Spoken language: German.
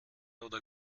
oder